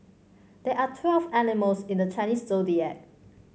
there are twelve animals in the Chinese Zodiac